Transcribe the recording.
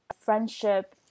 friendship